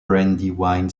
brandywine